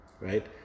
Right